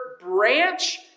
branch